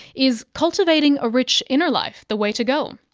is cultivating a rich inner life the way to go?